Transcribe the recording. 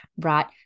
right